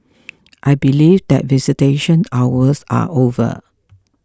I believe that visitation hours are over